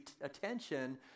attention